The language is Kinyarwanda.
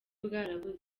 bwarabuze